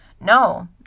No